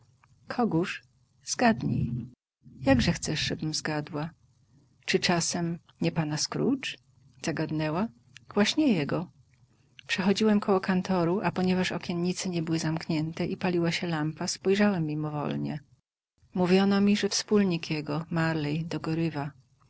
kogóż zgadnij jakże chcesz żebym zgadła czy czasem nie pana scrooge zagadnęła właśnie jego przechodziłem koło kantoru a ponieważ okiennice nie były zamknięte i paliła się lampa spojrzałem mimowolnie mówiono mi że wspólnik jego marley